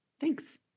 thanks